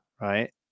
right